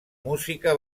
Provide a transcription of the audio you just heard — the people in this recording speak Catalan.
música